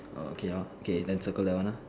oh okay lor K then circle that one lor